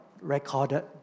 recorded